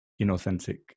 inauthentic